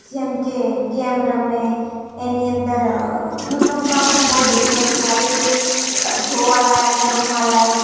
જેમ કે ગેમ રમે એની અંદર યુટ્યુબમાં પણ બહુ બધી વસ્તુઓ આવે છે જોવાલાયક રમવાલાયક